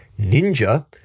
Ninja